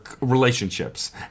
relationships